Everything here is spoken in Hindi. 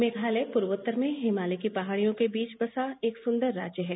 मेघालय पूर्वोत्तर में हिमालय की पहाड़ियों के बीच बसा एक सुन्दर राज्य है